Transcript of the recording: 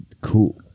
cool